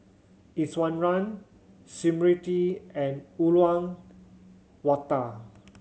Iswaran Smriti and Uyyalawada